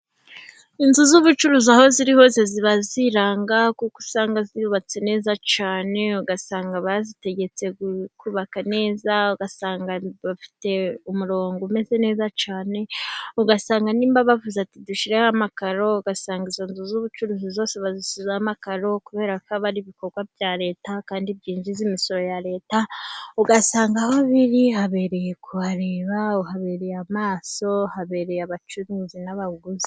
Inzu z'ubucuruzi aho ziri hose ziba ziranga, kuko usanga zubatse neza cyane, ugasanga bategetse kubaka neza, ugasanga bafite umurongo umeze neza cyane, ugasanga niba bavuze ati dushire amakaro ugasanga izo nzu z'ubucuruzi zose bazisizeho amakaro kubera koba ari ibikorwa bya leta kandi byinjiza imisoro ya leta. Ugasanga aho biri habereye kuhareba habereye amaso, habereye abacuruzi n'abaguzi.